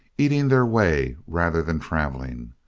eating their way rather than travelling,